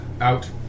Out